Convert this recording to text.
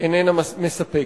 איננה מספקת.